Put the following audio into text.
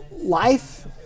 Life